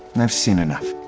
i've seen enough.